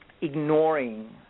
ignoring